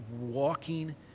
walking